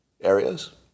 areas